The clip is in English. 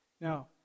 Now